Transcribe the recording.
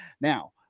Now